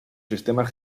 sistemas